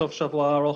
סוף שבוע ארוך,